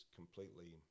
completely